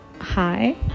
hi